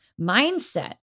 mindset